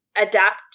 adapt